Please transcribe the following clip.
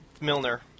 Milner